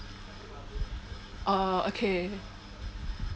oh okay